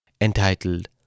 entitled